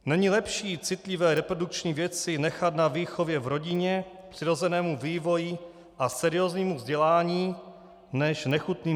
Není lepší citlivé reprodukční věci nechat na výchově v rodině, přirozenému vývoji a serióznímu vzdělání než nechutným příručkám?